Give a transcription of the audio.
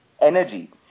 energy